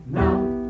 now